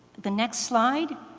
the next slide,